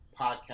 podcast